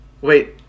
Wait